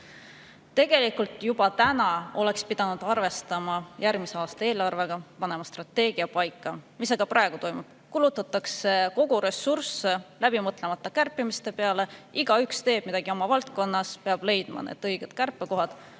Tegelikult oleks pidanud juba täna arvestama järgmise aasta eelarvega, panema strateegia paika. Mis aga praegu toimub? Kulutatakse kogu ressurss läbimõtlemata kärpimise peale, igaüks teeb midagi oma valdkonnas, peab leidma õiged kärpekohad,